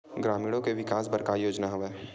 ग्रामीणों के विकास बर का योजना हवय?